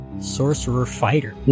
sorcerer-fighter